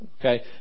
Okay